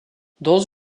dans